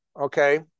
Okay